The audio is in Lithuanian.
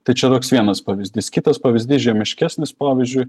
tai čia toks vienas pavyzdys kitas pavyzdys žemiškesnis pavyzdžiui